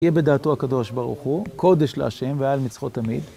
יהיה בדעתו הקדוש ברוך הוא, קודש להשם ועל מצחו תמיד.